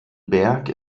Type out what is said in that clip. berg